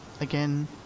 Again